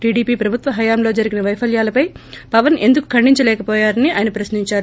TDP ప్రభుత్వ హయాంలో జరిగిన వైఫల్యాలపై పవన్ ఎందుకు ఖండించలేకపోయారని ఆయన ప్రశ్నించారు